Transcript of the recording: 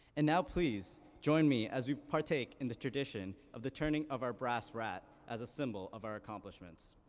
and now please join me as we partake in the tradition of the turning of our brass rat as a symbol of our accomplishments.